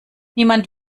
niemand